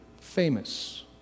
famous